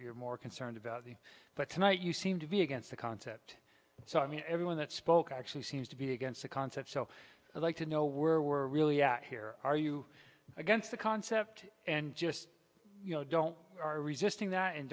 you're more concerned about the but tonight you seem to be against the concept so i mean everyone that spoke actually seems to be against the concept so i'd like to know were really yeah here are you against the concept and just don't are resisting that and